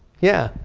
yeah.